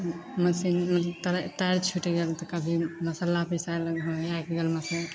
मशीनके तारे तार छुटि गेल तऽ कभी मसल्ला पिसाएल घोँघिआके गेल मशीन